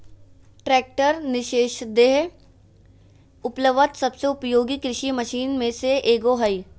tractor निस्संदेह उपलब्ध सबसे उपयोगी कृषि मशीन में से एगो हइ